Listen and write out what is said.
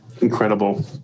incredible